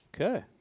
Okay